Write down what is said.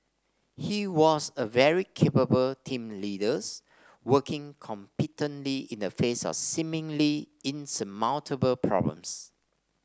he was a very capable team leader working competently in the face of seemingly insurmountable problems